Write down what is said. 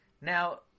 Now